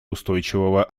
устойчивого